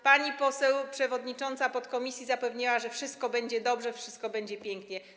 Pani poseł przewodnicząca podkomisji zapewniała, że wszystko będzie dobrze, wszystko będzie pięknie.